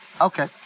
Okay